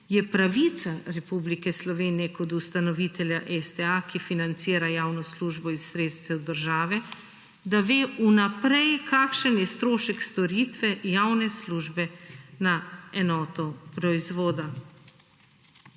je pravica Republike Slovenije kot ustanovitelja STA, ki financira javno službo iz sredstev države, da ve v naprej kakšen je strošek storitve javne službe na enoto proizvoda.